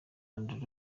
andrew